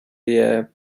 jej